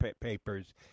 papers